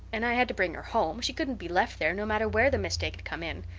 and i had to bring her home. she couldn't be left there, no matter where the mistake had come in.